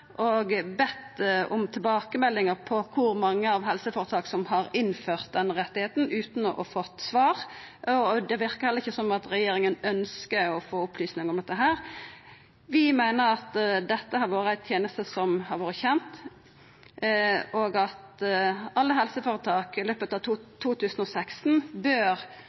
og bedt om tilbakemelding om kor mange helseføretak som har innført denne retten, utan å ha fått svar. Det verkar heller ikkje som om regjeringa ønskjer å få opplysningar om det. Vi meiner at dette har vore ei teneste som har vore kjent, og at alle helseføretaka i løpet av 2016 bør